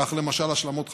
כך, למשל, השלמות חקירה,